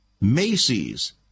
Macy's